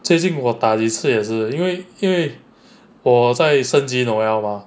最近我打几次也是因为因为我在升级 noelle mah